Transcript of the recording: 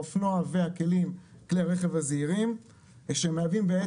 האופנוע וכלי הרכב הזהירים שמהווים,